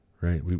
right